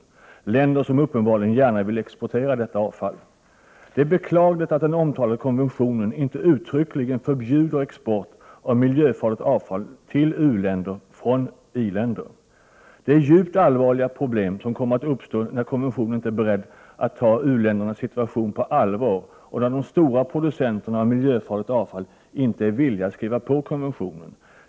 Det är länder som uppenbarligen gärna vill exportera detta avfall. Det är beklagligt att den omtalade konventionen inte uttryckligen förbjuder export av miljöfarligt avfall till u-länder från i-länder. Djupt allvarliga problem kommer att uppstå när konventionen inte är beredd att ta u-ländernas situation på allvar och när de stora producenterna av miljöfarligt avfall inte är villiga att skriva på konventionen.